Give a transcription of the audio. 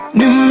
new